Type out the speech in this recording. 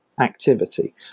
activity